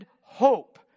hope